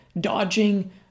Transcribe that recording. dodging